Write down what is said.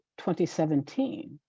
2017